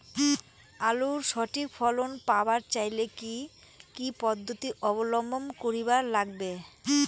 আলুর সঠিক ফলন পাবার চাইলে কি কি পদ্ধতি অবলম্বন করিবার লাগবে?